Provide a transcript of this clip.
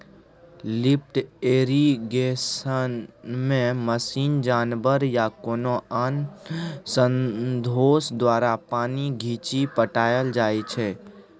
lift इरिगेशनमे machine, जानबर या कोनो आन साधंश द्वारा पानि घीचि पटाएल जाइ छै